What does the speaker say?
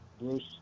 Bruce